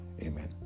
Amen